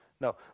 no